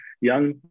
young